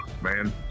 man